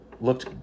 looked